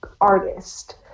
artist